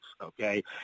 okay